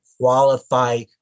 qualify